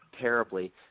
terribly